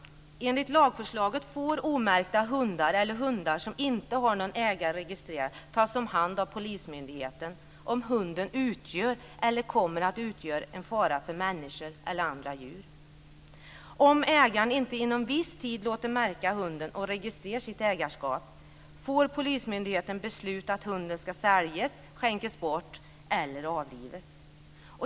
Enligt lagförslaget får omärkta hundar eller hundar som inte har någon ägare registrerad tas om hand av polismyndigheten om hunden utgör eller kan komma att utgöra en fara för människor eller djur. Om ägaren inte inom viss tid låter märka hunden och registrerar sitt ägarskap får polismyndigheten besluta att hunden ska säljas, skänkas bort eller avlivas.